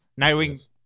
Nightwing